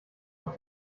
aus